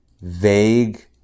vague